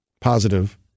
positive